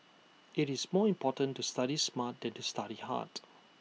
IT is more important to study smart than to study hard